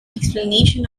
explanation